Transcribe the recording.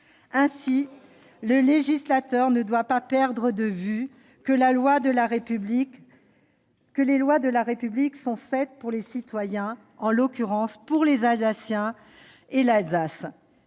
Aussi, le législateur ne doit pas perdre de vue que les lois de la République sont faites pour les citoyens, en l'occurrence, pour les Alsaciens et l'Alsace,